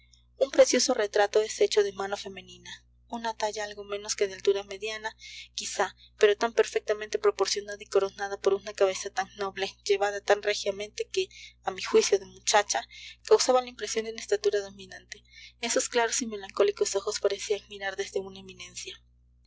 un precioso retrato es hecho de mano femenina una talla algo menos que de altura mediana quizá pero tan perfectamente proporcionada y coronada por una cabeza tan noble llevada tan regiamente que a mi juicio de muchacha causaba la impresión de una estatura dominante esos claros y melancólicos ojos parecían mirar desde una eminencia